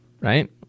right